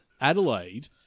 Adelaide